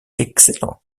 excellent